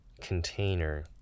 container